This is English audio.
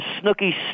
snooky